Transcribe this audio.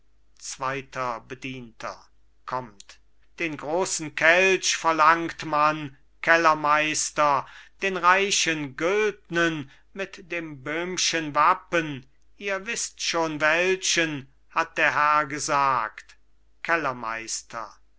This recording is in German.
zweiter bedienter kommt den großen kelch verlangt man kellermeister den reichen güldnen mit dem böhmschen wappen ihr wißt schon welchen hat der herr gesagt kellermeister